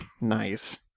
nice